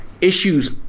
issues